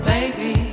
Baby